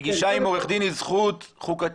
פגישה עם עורך דין היא זכות חוקתית.